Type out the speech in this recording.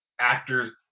actors